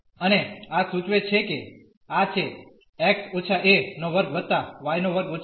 અને આ સૂચવે છે કે આ છે x−a2 y2−a2